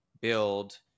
build